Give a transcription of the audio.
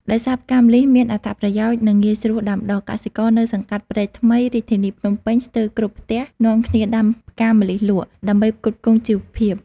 ដោយសារផ្កាម្លិះមានអត្ថប្រយោជន៍ និងងាយស្រួលដាំដុះ កសិករនៅសង្កាត់ព្រែកថ្មី រាជធានីភ្នំពេញ ស្ទើរគ្រប់ផ្ទះនាំគ្នាដាំផ្កាម្លិះលក់ ដើម្បីផ្គត់ផ្គង់ជីវភាព ។